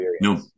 no